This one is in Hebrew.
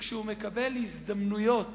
שכשהוא מקבל הזדמנויות